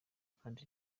kandi